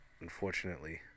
unfortunately